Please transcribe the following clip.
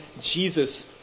Jesus